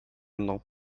mną